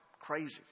crazy